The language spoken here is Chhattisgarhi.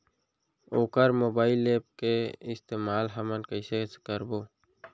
वोकर मोबाईल एप के इस्तेमाल हमन कइसे करबो?